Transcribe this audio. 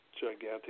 gigantic